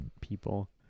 people